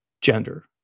gender